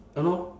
!hannor!